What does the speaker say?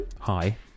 Hi